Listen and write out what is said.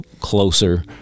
closer